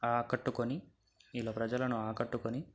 ఆకట్టుకొని ఇలా ప్రజలను ఆకట్టుకొని